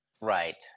Right